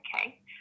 Okay